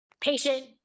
patient